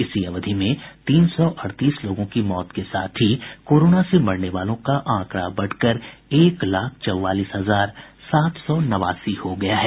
इसी अवधि में तीन सौ अड़तीस लोगों की मौत के साथ ही कोरोना से मरने वालों का आंकड़ा बढ़कर एक लाख चौवालीस हजार सात सौ नवासी हो गया है